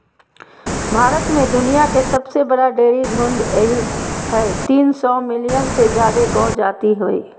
भारत में दुनिया के सबसे बड़ा डेयरी झुंड हई, तीन सौ मिलियन से जादे गौ जाती हई